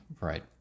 right